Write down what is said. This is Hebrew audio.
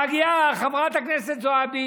מגיעה חברת הכנסת זועבי